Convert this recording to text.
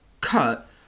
cut